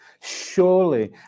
Surely